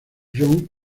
john